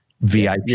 VIP